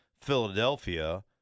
Philadelphia